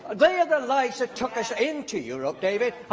they are the lies that took us into europe, david,